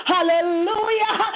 Hallelujah